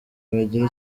bagira